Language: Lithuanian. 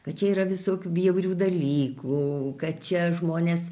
kad čia yra visokių bjaurių dalykų kad čia žmonės